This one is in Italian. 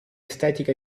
estetica